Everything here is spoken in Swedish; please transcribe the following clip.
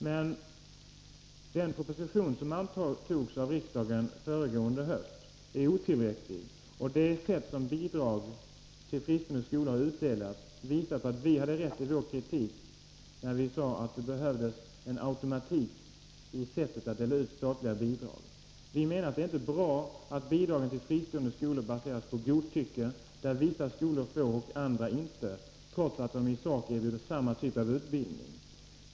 Men den proposition som antogs i riksdagen föregående höst var otillräcklig, och det sätt på vilket bidrag till fristående skolor utdelas visar att vi hade rätt i vår kritik, då vi sade att det behövdes en automatik i sättet att dela ut statliga bidrag. Vi menar att det inte är bra att bidragen till fristående skolor baseras på godtycke, där vissa skolor får bidrag, andra inte, trots att de i sak erbjuder samma typ av utbildning.